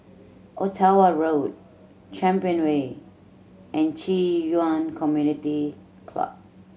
Ottawa Road Champion Way and Ci Yuan Community Club